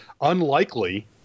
unlikely